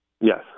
Yes